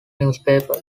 newspaper